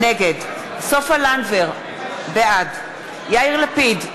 נגד סופה לנדבר, בעד יאיר לפיד,